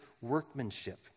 workmanship